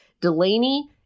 Delaney